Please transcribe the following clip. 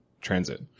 transit